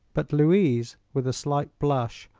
but louise, with a slight blush,